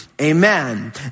Amen